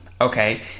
Okay